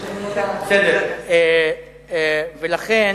תודה רבה,